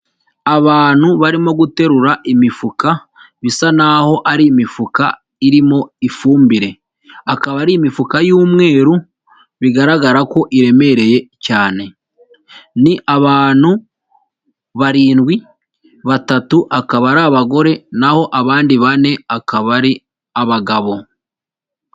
Abantu barimo guterura imifuka, bisa naho ari imifuka irimo ifumbire, akaba ari imifuka y'umweru, bigaragara ko iremereye cyane, ni abantu barindwi, batatu akaba ari abagore naho abandi bane akaba ari abagabo.